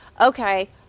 Okay